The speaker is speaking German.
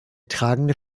tragende